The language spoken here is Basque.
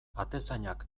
atezainak